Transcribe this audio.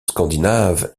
scandinave